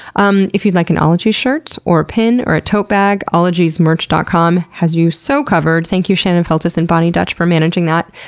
um if you'd like an ologies shirt or a pin or a tote bag, ologiesmerch dot com has you so covered. thank you shannon feltus and boni dutch for managing that.